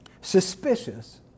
Suspicious